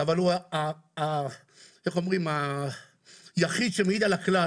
אבל הוא היה היחיד שמעיד על הכלל.